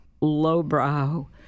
lowbrow